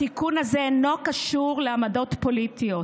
התיקון הזה אינו קשור לעמדות פוליטיות